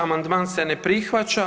Amandman se ne prihvaća.